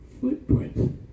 Footprints